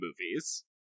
movies